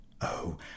Oh